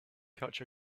catch